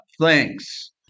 Thanks